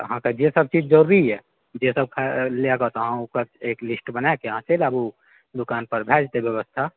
तऽ अहाँकेॅं जे सब चीज जरुरी यऽ जे सब लेब तऽ अहाँ ओकर एक लिस्ट बनाए कऽ अहाँ चलि आबु दुकान पर भए जेतै व्यवस्था